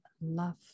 love